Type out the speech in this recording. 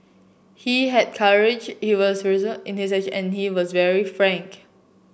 he had courage he was resolute in his action and he was very frank